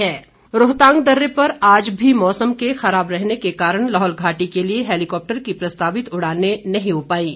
उड़ान रदद रोहतांग दर्रे पर आज भी मौसम के खराब रहने के कारण लाहौल घाटी के लिए हैलीकॉप्टर की प्रस्तावित उड़ानें नहीं हो पाईं